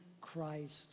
Christ